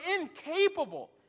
incapable